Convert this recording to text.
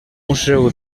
museu